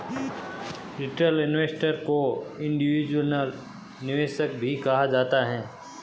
retail investor को individual निवेशक भी कहा जाता है